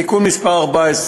בתיקון מס' 14